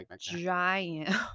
giant